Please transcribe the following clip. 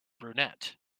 brunette